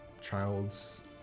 child's